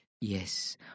Yes